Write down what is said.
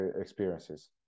experiences